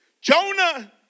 Jonah